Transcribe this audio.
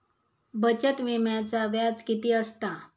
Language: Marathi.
बचत विम्याचा व्याज किती असता?